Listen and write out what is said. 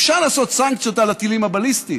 אפשר לעשות סנקציות על הטילים הבליסטיים,